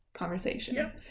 conversation